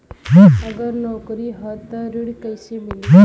अगर नौकरी ह त ऋण कैसे मिली?